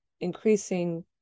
increasing